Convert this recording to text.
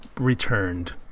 returned